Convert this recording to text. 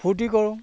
ফূৰ্তি কৰোঁ